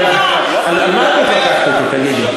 על מה את מתווכחת אתי, תגידי?